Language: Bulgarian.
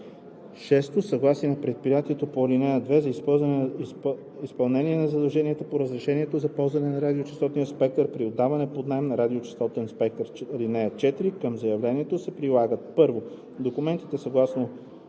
6. съгласие на предприятието по ал. 2 за изпълнение на задълженията по разрешението за ползване на радиочестотен спектър при отдаване под наем на радиочестотен спектър. (4) Към заявлението се прилагат: 1. документи съгласно